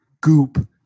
goop